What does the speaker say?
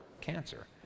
cancer